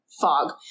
fog